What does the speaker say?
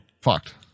fucked